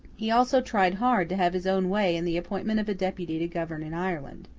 he also tried hard to have his own way in the appointment of a deputy to govern in ireland.